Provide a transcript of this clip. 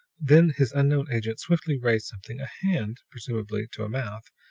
then his unknown agent swiftly raised something a hand, presumably to a mouth,